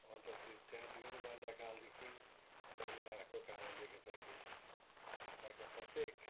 अन्तखेरि त्यहाँदेखिनै बाल्यकालदेखि बढेर आएको कारणले गर्दाखेरि त्यहाँको प्रत्येक